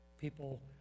people